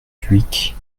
dhuicq